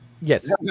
Yes